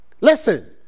Listen